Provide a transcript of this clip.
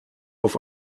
auf